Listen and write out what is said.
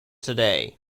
today